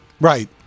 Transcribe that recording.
Right